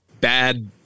bad